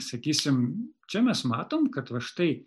sakysim čia mes matom kad va štai